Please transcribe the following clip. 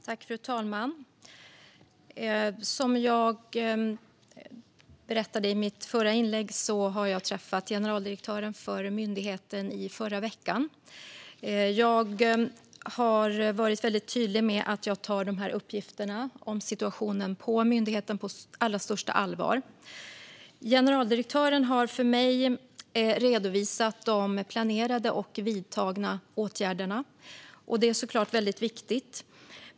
Fru talman! Som jag berättade i mitt interpellationssvar träffade jag generaldirektören för myndigheten förra veckan. Jag har varit väldigt tydlig med att jag tar uppgifterna om situationen på myndigheten på allra största allvar. Generaldirektören har för mig redovisat de planerade och vidtagna åtgärderna. Det är såklart väldigt viktigt.